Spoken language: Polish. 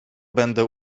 będę